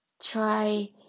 try